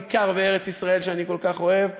בעיקר בארץ-ישראל שאני כל כך אוהב.